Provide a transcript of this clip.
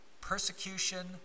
persecution